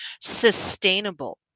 sustainable